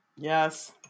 Yes